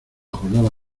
jornada